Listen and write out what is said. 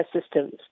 systems